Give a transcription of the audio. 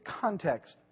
context